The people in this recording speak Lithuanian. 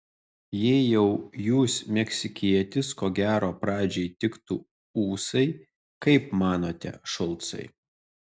jei jau jūs meksikietis ko gero pradžiai tiktų ūsai kaip manote šulcai